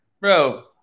Bro